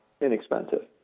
inexpensive